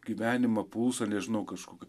gyvenimą pulsą nežinau kažkokį